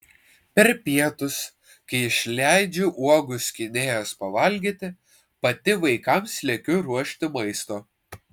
per pietus kai išleidžiu uogų skynėjas pavalgyti pati vaikams lekiu ruošti maisto